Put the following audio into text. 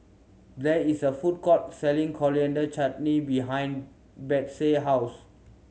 there is a food court selling Coriander Chutney behind Betsey house